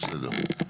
בסדר.